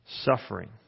Suffering